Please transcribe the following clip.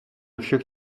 všech